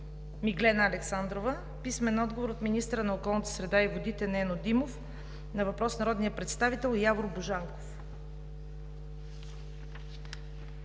Миглена Александрова; - министъра на околната среда и водите Нено Димов на въпрос от народния представител Явор Божанков.